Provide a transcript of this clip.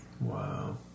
Wow